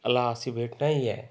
अला अशी भेट नाहीये